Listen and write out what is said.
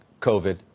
covid